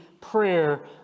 prayer